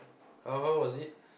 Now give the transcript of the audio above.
how how was it